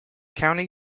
county